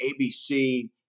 ABC